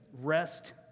rest